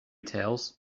tales